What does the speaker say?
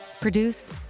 produced